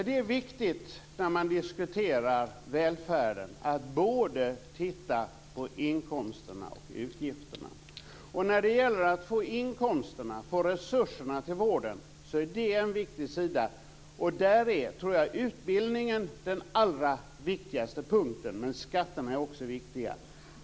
Fru talman! När man diskuterar välfärden är det viktigt att titta både på inkomsterna och på utgifterna. Att få inkomsterna, resurserna, till vården är en viktig sida. Där tror jag att utbildningen är den allra viktigaste punkten, men skatterna är också viktiga.